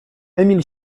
emil